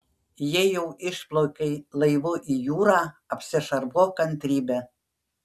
jei jau išplaukei laivu į jūrą apsišarvuok kantrybe